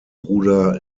bruder